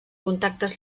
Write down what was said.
contactes